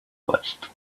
list